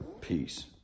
Peace